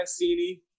Mancini